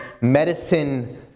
Medicine